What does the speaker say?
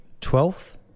twelfth